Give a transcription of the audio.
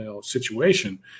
situation